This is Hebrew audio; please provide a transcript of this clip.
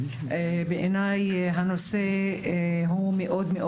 בעיני הנושא הוא חשוב מאוד,